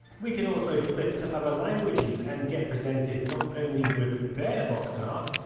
we can also flip to other languages, and get presented not only with their box art,